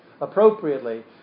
appropriately